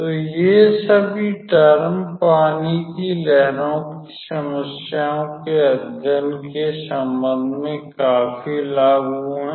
तो ये सभी टर्म पानी की लहरों की समस्याओं के अध्ययन के संबंध में काफी लागू हैं